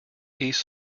east